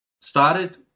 started